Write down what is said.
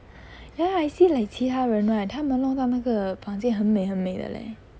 ya I see like 其他人 right 他们弄到那个房间很美很美的 leh